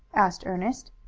asked ernest.